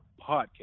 Podcast